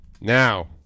Now